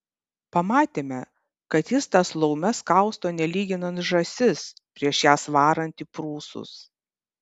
pamatėme kad jis tas laumes kausto nelyginant žąsis prieš jas varant į prūsus